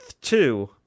two